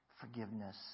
forgiveness